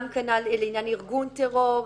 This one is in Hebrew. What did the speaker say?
גם כנ"ל לעניין ארגון טרור.